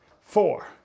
four